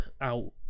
out